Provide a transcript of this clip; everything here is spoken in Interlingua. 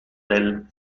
del